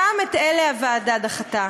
גם את אלה הוועדה דחתה.